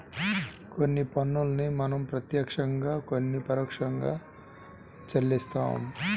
కొన్ని పన్నుల్ని మనం ప్రత్యక్షంగా కొన్నిటిని పరోక్షంగా చెల్లిస్తాం